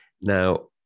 Now